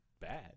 bad